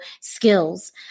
skills